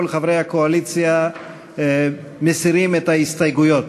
חברי הקואליציה מסירים את ההסתייגויות.